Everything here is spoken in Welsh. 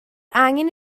angen